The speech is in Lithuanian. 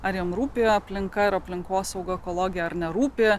ar jiems rūpi aplinka ir aplinkosauga ekologija ar nerūpi